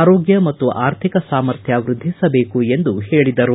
ಆರೋಗ್ಯ ಮತ್ತು ಆರ್ಥಿಕ ಸಾಮರ್ಥ್ಯ ವೃದ್ಧಿಸಬೇಕು ಎಂದು ಹೇಳಿದರು